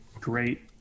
great